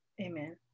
Amen